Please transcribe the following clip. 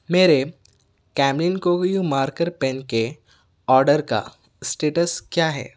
میرے marker pen کے order کا اسٹیٹس کیا ہے